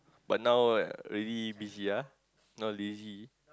but now really busy ah now lazy